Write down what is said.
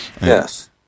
Yes